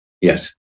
yes